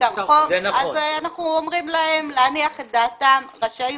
אנחנו הולכים לפריפריה החברתית והגיאוגרפית.